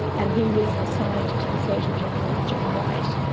and he was assigned to the surgeon general, john white,